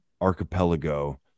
archipelago